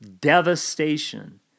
devastation